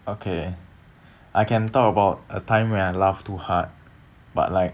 okay I can talk about a time when I laughed too hard but like